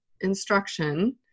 instruction